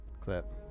clip